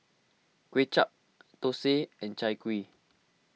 Kway Chap Thosai and Chai Kuih